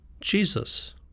Jesus